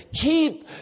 Keep